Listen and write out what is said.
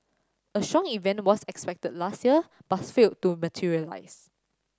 a strong event was expected last year but failed to materialise